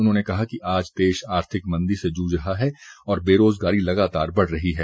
उन्होंने कहा कि आज देश आर्थिक मंदी से जूझ रहा है और बेरोजगारी लगातार बढ़ रही है